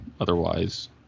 otherwise